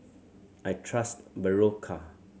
I trust Berocca